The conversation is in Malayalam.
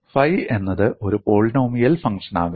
ഫൈ എന്നത് ഒരു പോളിനോമിയൽ ഫംഗ്ഷനാകാം